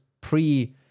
pre